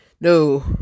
No